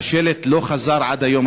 השלט לא חזר עד היום,